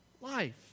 life